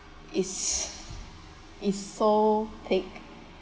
is is so thick